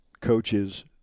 coaches